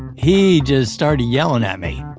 he just started yelling at me.